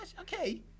Okay